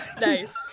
Nice